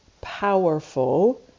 powerful